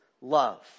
love